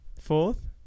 fourth